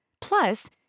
Plus